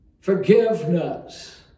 forgiveness